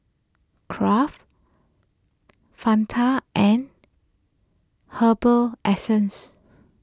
Kraft Fanta and Herbal Essences